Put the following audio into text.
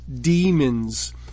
demons